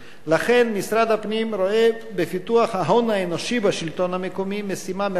לכן משרד הפנים רואה בפיתוח ההון האנושי בשלטון המקומי משימה מרכזית